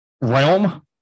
realm